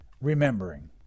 Remembering